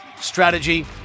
strategy